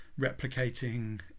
replicating